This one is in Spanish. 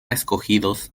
escogidos